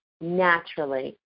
naturally